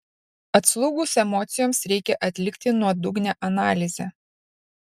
atslūgus emocijoms reikia atlikti nuodugnią analizę